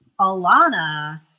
Alana